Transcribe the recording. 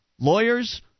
lawyers